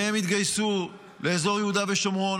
והם התגייסו לאזור יהודה ושומרון.